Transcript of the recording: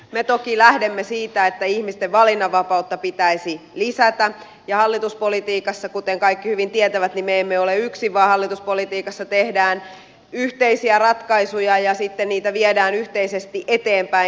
me toki lähdemme siitä että ihmisten valinnanvapautta pitäisi lisätä ja hallituspolitiikassa kuten kaikki hyvin tietävät me emme ole yksin vaan hallituspolitiikassa tehdään yhteisiä ratkaisuja ja sitten niitä viedään yhteisesti eteenpäin